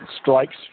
strikes